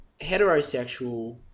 heterosexual